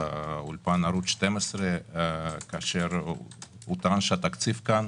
באולפן ערוץ 12 כאשר טען, שהתקציב כאן